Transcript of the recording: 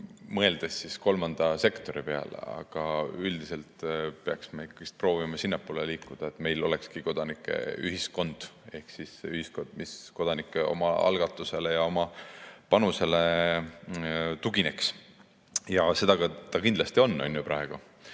mõeldakse kolmanda sektori peale, aga üldiselt peaksime me proovima ikkagi sinnapoole liikuda, et meil olekski kodanike ühiskond ehk siis ühiskond, mis kodanike omaalgatusele ja oma panusele tugineks. Seda ta kindlasti on ka praegu,